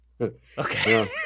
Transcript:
Okay